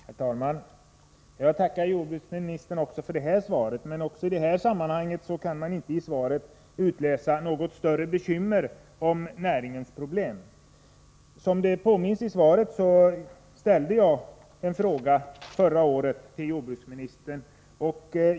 Herr talman! Jag tackar jordbruksministern också för det här svaret. Man kan emellertid inte i svaret utläsa några större bekymmer för näringens problem. Som det påminns om i svaret ställde jag en fråga till jordbruksministern förra året.